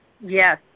Yes